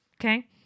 Okay